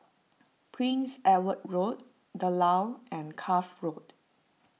Prince Edward Road the Lawn and Cuff Road